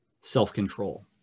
self-control